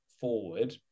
forward